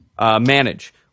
Manage